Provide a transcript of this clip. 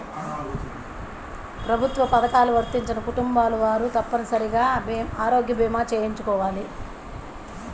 ప్రభుత్వ పథకాలు వర్తించని కుటుంబాల వారు తప్పనిసరిగా ఆరోగ్య భీమా చేయించుకోవాలి